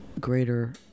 greater